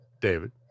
David